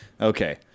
Okay